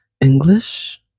english